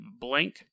blank